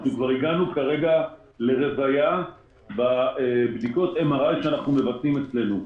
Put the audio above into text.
הגענו לרוויה בבדיקות שאנחנו מבצעים אצלנו.